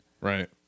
Right